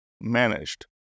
managed